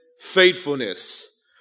faithfulness